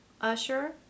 Usher